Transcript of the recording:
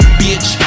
bitch